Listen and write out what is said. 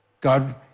God